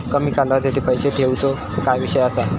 कमी कालावधीसाठी पैसे ठेऊचो काय विषय असा?